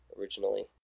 originally